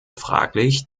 fraglich